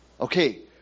Okay